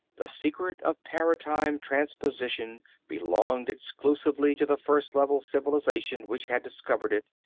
the secret of paratime transposition belonged exclusively to the first level civilization which had discovered it,